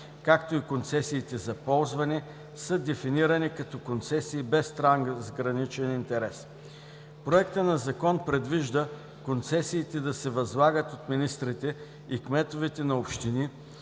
както и концесиите за ползване, са дефинирани като концесии без трансграничен интерес. Проектът на закон предвижда концесиите да се възлагат от министрите и кметовете на общини,